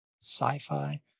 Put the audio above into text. sci-fi